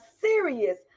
serious